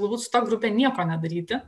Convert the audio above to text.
galbūt su ta grupe nieko nedaryti